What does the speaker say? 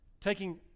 taking